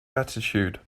attitude